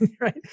right